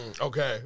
Okay